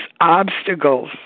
obstacles